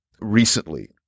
recently